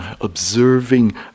observing